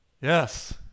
yes